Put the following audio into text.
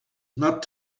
not